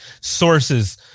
sources